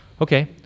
Okay